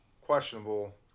questionable